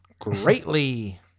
greatly